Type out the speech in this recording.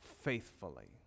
faithfully